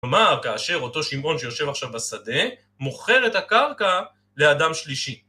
אמר כאשר אותו שמעון שיושב עכשיו בשדה מוכר את הקרקע לאדם שלישי.